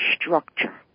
structure